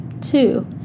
Two